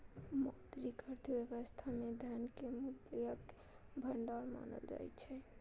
मौद्रिक अर्थव्यवस्था मे धन कें मूल्यक भंडार मानल जाइ छै